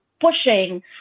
pushing